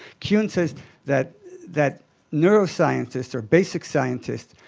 kuhn says that that neuroscientists are basic scientists.